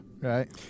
right